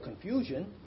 confusion